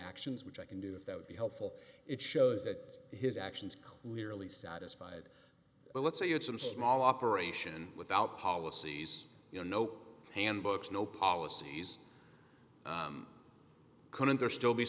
actions which i can do that would be helpful it shows that his actions clearly satisfied but let's say you had some small operation without policies you know no handbooks no policies couldn't there still be